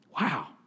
Wow